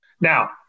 Now